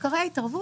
הוא